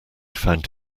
found